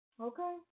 Okay